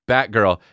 Batgirl